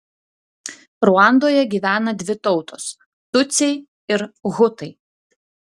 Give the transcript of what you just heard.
ruandoje gyvena dvi tautos tutsiai ir hutai